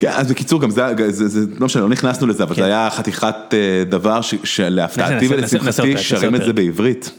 אז בקיצור גם זה, לא משנה, לא נכנסנו לזה, אבל זה היה חתיכת דבר שלהפתעתי ולשמחתי, שרים את זה בעברית.